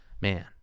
Man